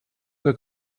que